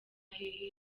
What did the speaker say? hehe